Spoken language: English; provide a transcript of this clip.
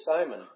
Simon